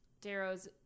Darrow's